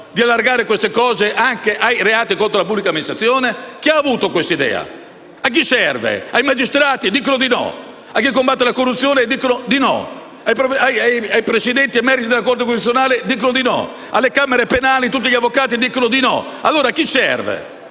di estendere le misure anche ai reati contro la pubblica amministrazione? Chi ha avuto quest'idea? A chi serve? Ai magistrati? Dicono di no. A chi combatte la corruzione? Dicono di no. Ai Presidenti emeriti della Corte costituzionale? Dicono di no. Alle camere penali e a tutti gli avvocati? Dicono di no. A chi serve